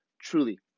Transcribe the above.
truly